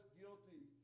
guilty